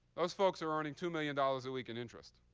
those folks are earning two million dollars a week in interest.